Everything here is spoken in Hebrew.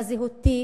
לזהותי,